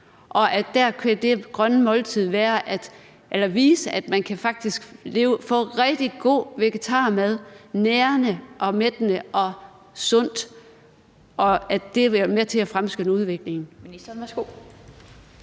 og at det grønne måltid dér kan vise, at man faktisk kan få rigtig god vegetarmad, nærende og mættende og sund, og at det vil være med til at fremskynde udviklingen?